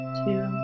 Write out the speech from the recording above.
two